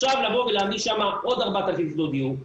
עכשיו לבוא ולהעמיס עם עוד 4,000 יחידות דיור,